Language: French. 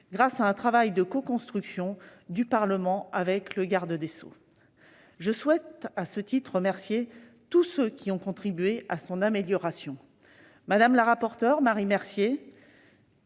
grâce à un travail de coconstruction entre le Parlement et le garde des sceaux. Je souhaite à ce titre remercier tous ceux qui ont contribué à son amélioration : Mme la rapporteure Marie Mercier,